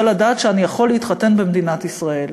לדעת שאני יכול להתחתן במדינת ישראל.